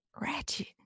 ratchet